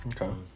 Okay